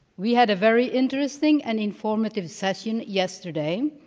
we had a very interesting and informative session yesterday.